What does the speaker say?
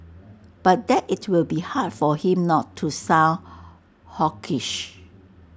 but that IT will be hard for him not to sound hawkish